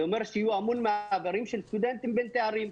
זה אומר שיהיו המון מעברים של סטודנטים בין תארים.